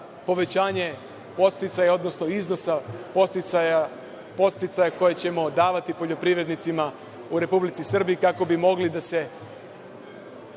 povećanje podsticaja odnosno iznosa podsticaja koje ćemo davati poljoprivrednicima u Republici Srbiji, kako bi mogli da se